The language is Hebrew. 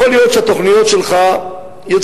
יכול להיות שהתוכניות שלך יצליחו,